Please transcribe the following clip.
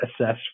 assess